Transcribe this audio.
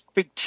big